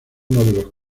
los